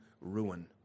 ruin